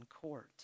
court